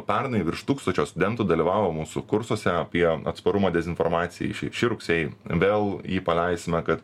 pernai virš tūkstančio studentų dalyvavo mūsų kursuose apie atsparumą dezinformacijai šį rugsėjį vėl jį paleisime kad